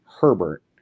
Herbert